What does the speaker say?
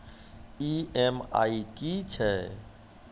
EMI की छिये?